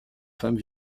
femme